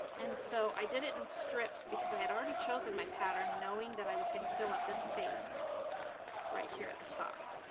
and so i did it in strips, because i had already chosen my pattern, knowing that i was going to fill up this space right here at the top.